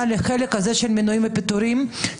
כחלק מזה, גם